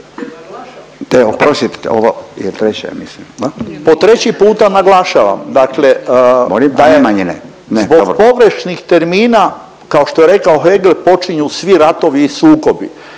se ne razumije./… zbog pogrešnih termina kao što je rekao Hegel počinju svi ratovi i sukobi